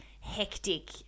hectic